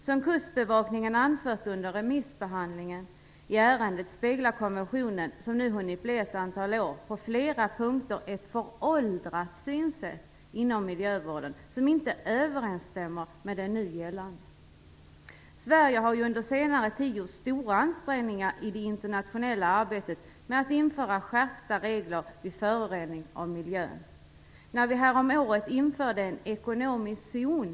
Som kustbevakningen under remissbehandlingen av ärendet anfört speglar konventionen, som nu funnits i ett antal år, på flera punkter ett föråldrat synsätt inom miljövården som inte överensstämmer med nu gällande synsätt. Sverige har ju under senare tid gjort stora ansträngningar i det internationella arbetet när det gäller att införa skärpta regler vid förorening av miljön. Häromåret införde vi ju en ekonomisk zon.